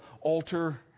alter